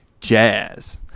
jazz